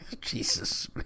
Jesus